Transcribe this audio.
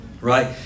Right